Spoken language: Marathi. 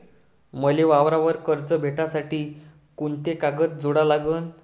मले वावरावर कर्ज भेटासाठी कोंते कागद जोडा लागन?